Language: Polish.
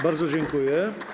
Bardzo dziękuję.